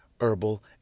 herbal